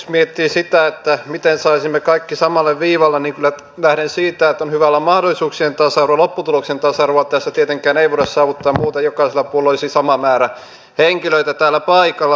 jos miettii sitä miten saisimme kaikki samalle viivalle niin kyllä lähden siitä että on hyvä olla mahdollisuuksien tasa arvo lopputuloksen tasa arvoa tässä tietenkään ei voida saavuttaa muuten jokaisella puolueella olisi sama määrä henkilöitä täällä paikalla